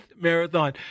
marathon